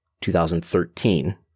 2013